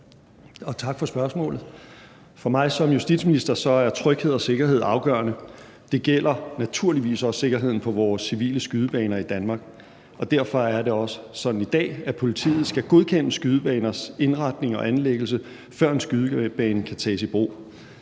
og tak for spørgsmålet. For mig som justitsminister er tryghed og sikkerhed afgørende. Det gælder naturligvis også sikkerheden på vores civile skydebaner i Danmark, og derfor er det også sådan i dag, at politiet skal godkende skydebaners indretning og anlæggelse, før en skydebane kan tages i brug.